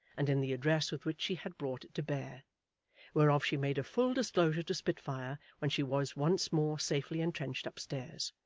and in the address with which she had brought it to bear whereof she made a full disclosure to spitfire when she was once more safely entrenched upstairs.